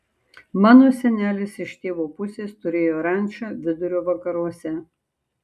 mano senelis iš tėvo pusės turėjo rančą vidurio vakaruose